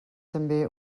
també